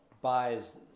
buys